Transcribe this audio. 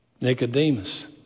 Nicodemus